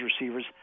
receivers